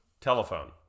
Telephone